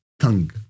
tongue